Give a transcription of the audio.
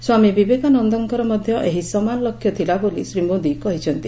ସ୍ୱାମୀ ବିବେକାନନ୍ଦଙ୍କର ମଧ୍ୟ ଏହି ସମାନ ଲକ୍ଷ୍ୟ ଥିଲା ବୋଲି ଶ୍ରୀ ମୋଦି କହିଛନ୍ତି